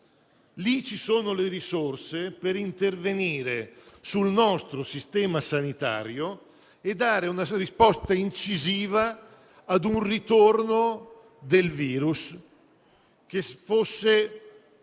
ci sono le risorse per intervenire sul nostro sistema sanitario e dare una risposta incisiva ad un ritorno del virus che fosse